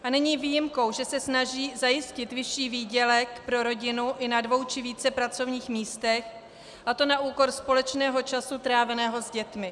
A není výjimkou, že se snaží zajistit vyšší výdělek pro rodinu i na dvou či více pracovních místech, a to na úkor společného času tráveného s dětmi.